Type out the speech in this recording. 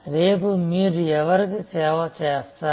రేపు మీరు ఎవరికి సేవ చేస్తారు